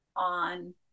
on